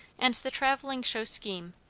and the travelling show scheme,